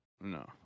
No